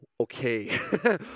Okay